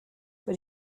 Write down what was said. but